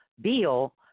Beal